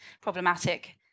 problematic